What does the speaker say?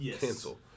Cancel